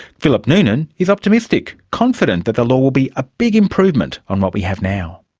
philip noonan is optimistic, confident that the law will be a big improvement on what we have now.